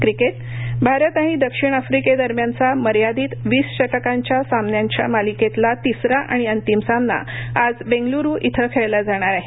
cricket Bharat आणि दक्षिण अफ्रिकेदरम्यानचा मर्यादित वीस षटकांच्या सामन्यांच्या मालिकेतील तिसरा आणि अंतिम सामना आज बेंगलूरु इथं खेळला जाणार आहे